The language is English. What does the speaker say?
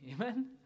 Amen